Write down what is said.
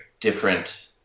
different